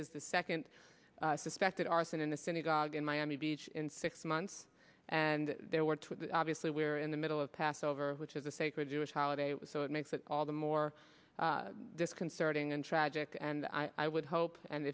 is the second suspected arson in a synagogue in miami beach in six months and there were two obviously we're in the middle of passover which is a sacred jewish holiday so it makes it all the more disconcerting and tragic and i would hope and